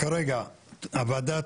כרגע הוועדה